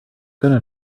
gonna